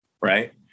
Right